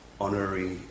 Honorary